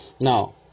Now